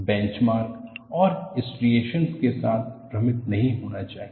benchmark और striations के साथ भ्रमित नहीं होना चाहिए